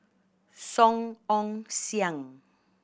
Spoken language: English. Song Ong Siang